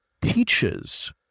teaches